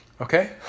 okay